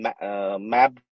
map